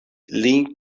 lin